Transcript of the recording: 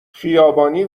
خیابانی